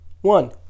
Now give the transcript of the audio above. one